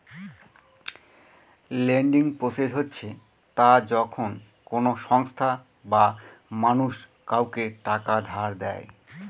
lending process হচ্ছে তা যখন কোনো সংস্থা বা মানুষ কাউকে টাকা ধার দেয়